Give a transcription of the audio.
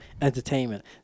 entertainment